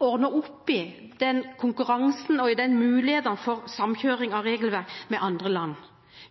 opp i konkurransen og mulighetene for samkjøring av regelverk med andre land.